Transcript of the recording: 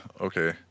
okay